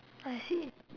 I see